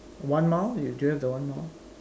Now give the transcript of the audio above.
one mile you do you have the one mile